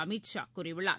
அமீத் ஷா கூறியுள்ளார்